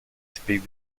speak